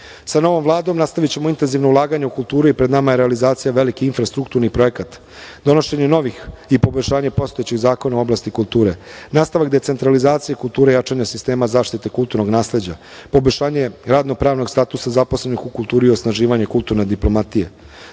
novom Vladom nastavićemo intenzivna ulaganja u kulturu i pred nama je realizacija velikih infrastrukturnih projekata, donošenje novih i poboljšanje postojećih zakona u oblasti kulture, nastavak decentralizacije kulture i jačanje sistema zaštite kulturnog nasleđa, poboljšanje radno-pravnog statusa zaposlenih u kulturi i osnaživanje kulturne diplomatije. Do